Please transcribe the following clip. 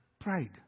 Pride